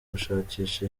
gushakisha